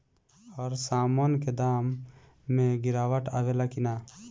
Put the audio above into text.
हर सामन के दाम मे गीरावट आवेला कि न?